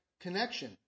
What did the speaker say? connection